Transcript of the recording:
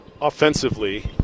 Offensively